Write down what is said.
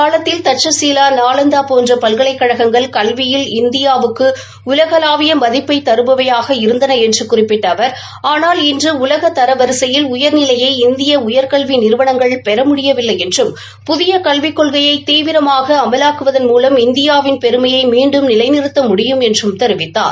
காலத்தில் தட்சவீலா நாலாந்தா போன்ற பல்கலைக்கழகங்கள் கல்வியில் அண்டை இந்தியாவுக்கு உலகளாவிய மதிப்பை தருபவையாக இருந்தன என்று குறிப்பிட்ட அவா் ஆனால் இன்று உலக தர வரிசையில் உயர்நிலையை இந்திய உயர்கல்வி நிறுவனங்கள் பெற முடியவில்லை என்றும் புதிய கல்விக் கொள்கையை தீவிரமாக அமலாக்குவதன் மூலம் இந்தியாவின் பெருமையை மீண்டும் நிலைநிறுத்த முடியும் என்றும் தெரிவித்தார்